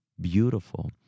beautiful